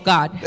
God